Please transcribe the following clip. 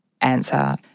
answer